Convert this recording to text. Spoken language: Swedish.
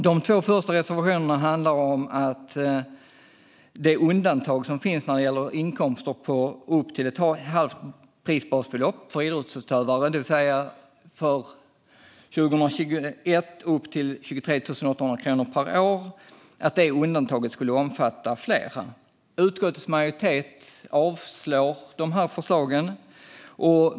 De två första reservationerna gäller det undantag som finns för idrottsutövare för inkomster på upp till ett halvt prisbasbelopp, det vill säga för 2021 upp till 23 800 kronor per år. Det undantaget ska omfatta fler. Utskottets majoritet avstyrker förslagen.